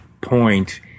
point